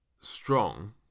strong